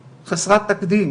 עזבי,